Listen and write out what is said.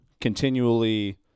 continually